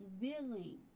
willing